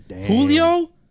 Julio